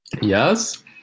Yes